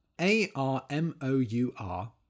A-R-M-O-U-R